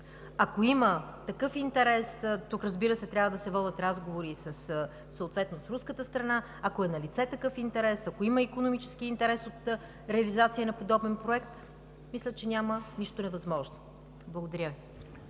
Ако има такъв интерес – тук, разбира се, трябва да се водят разговори съответно с руската страна, ако е налице такъв интерес, ако има икономически интерес от реализацията на подобен проект, мисля, че няма нищо невъзможно. Благодаря.